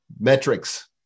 metrics